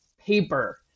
paper